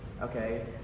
okay